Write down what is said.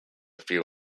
few